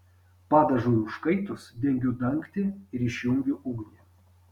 padažui užkaitus dengiu dangtį ir išjungiu ugnį